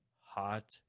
hot